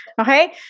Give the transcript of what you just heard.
okay